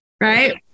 right